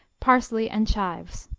parsley and chives.